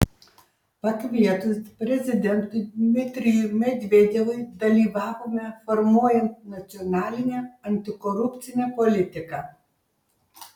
pakvietus prezidentui dmitrijui medvedevui dalyvavome formuojant nacionalinę antikorupcinę politiką